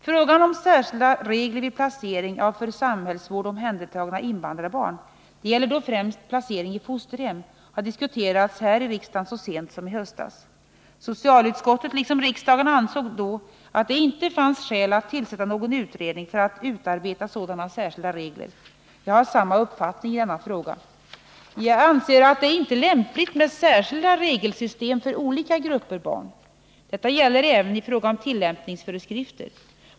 Frågan om särskilda regler vid placering av för samhällsvård omhändertagna invandrarbarn — det gäller främst placering i fosterhem — har diskuterats här i riksdagen så sent som i höstas. Socialutskottet liksom riksdagen ansåg då att det inte fanns skäl att tillsätta någon utredning för att utarbeta sådana särskilda regler. Jag har samma uppfattning i denna fråga. Jag anser att det inte är lämpligt med skilda regelsystem för olika grupper barn. Detta gäller även i fråga om tillämpningsföreskrifter.